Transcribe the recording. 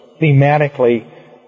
Thematically